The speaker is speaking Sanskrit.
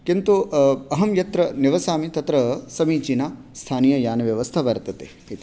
किन्तु अहं यत्र निवसामि तत्र समीचीना स्थानीययानव्यवस्था वर्तते इति